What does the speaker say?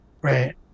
Right